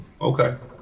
Okay